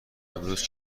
امروز